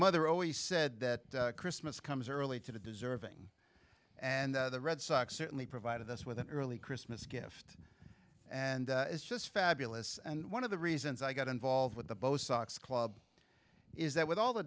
mother always said that christmas comes early to the deserving and the red sox certainly provided us with an early christmas gift and it's just fabulous and one of the reasons i got involved with the bo sox club is that with all the